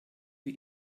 wie